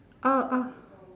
oh oh